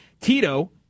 Tito